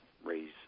raise